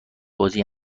بازی